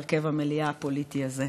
בהרכב המליאה הפוליטי הזה.